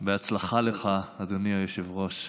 בהצלחה לך, אדוני היושב-ראש.